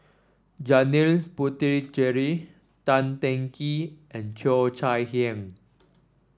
Janil Puthucheary Tan Teng Kee and Cheo Chai Hiang